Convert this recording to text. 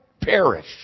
perish